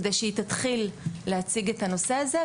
כדי שהיא תתחיל להציג את הנושא הזה,